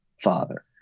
father